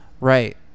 Right